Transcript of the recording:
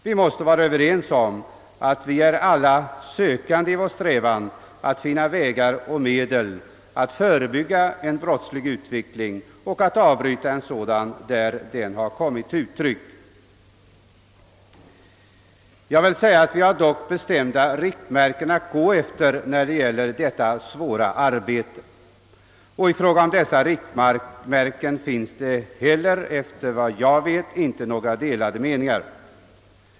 Vi måste vara överens om att vi alla är sökande i vår strävan att finna vägar och medel att förebygga en brottslig utveckling och att avbryta en sådan där den har kommit till uttryck. Vi har dock bestämda riktmärken att gå efter i detta svåra arbete och om dem finns det inte heller, såvitt jag vet, några delade meningar.